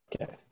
Okay